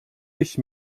dich